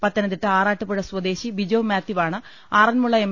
പത്തനംതിട്ട ആറാട്ടുപുഴ സ്വദേശി ബിജോ മാത്യുവാണ് ആറന്മുള എം